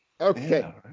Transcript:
Okay